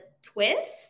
Twist